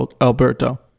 Alberto